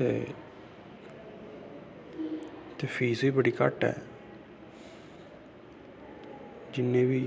ते इत्थें फीस बी बड़ी घट्ट ऐ जिन्ने बी